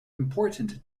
important